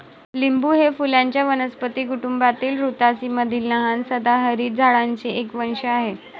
लिंबू हे फुलांच्या वनस्पती कुटुंबातील रुतासी मधील लहान सदाहरित झाडांचे एक वंश आहे